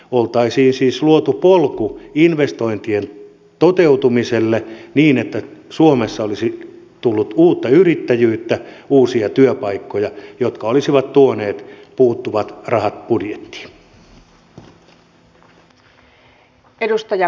oltaisiin siis luotu polku investointien toteutumiselle niin että suomessa olisi tullut uutta yrittäjyyttä uusia työpaikkoja jotka olisivat tuoneet puuttuvat rahat budjettiin